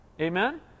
Amen